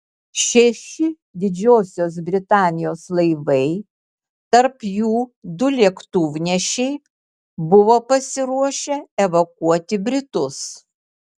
šeši didžiosios britanijos laivai tarp jų du lėktuvnešiai buvo pasiruošę evakuoti britus